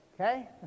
okay